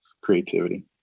creativity